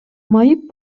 майып